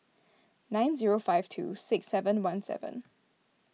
nine zero five two six seven one seven